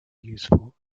useful